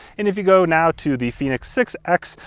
and if you go now to the fenix six x,